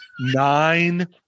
Nine